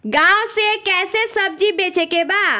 गांव से कैसे सब्जी बेचे के बा?